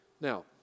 now